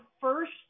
first